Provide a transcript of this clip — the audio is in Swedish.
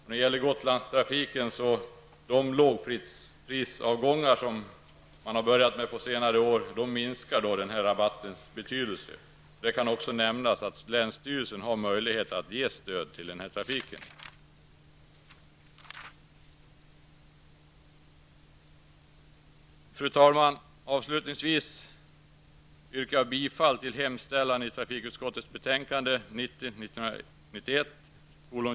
När det gäller Gotlandstrafiken vill jag säga att de lågprisavgångar som tillkommit på senare år minskar betydelsen av denna rabatt. Det kan också nämnas att länsstyrelsen har möjligheter att ge stöd till denna trafik.